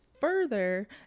further